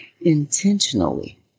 intentionally